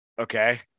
Okay